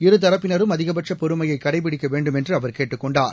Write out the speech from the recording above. இருதரப்பினரும் அதிகபட்ச பொறுமையை கடைபிடிக்க வேண்டும் என்று அவர் கேட்டுக் கொண்டார்